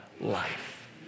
life